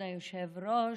כבוד היושב-ראש,